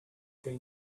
they